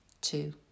two